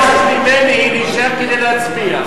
הוא ביקש ממני להישאר כדי להצביע.